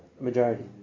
Majority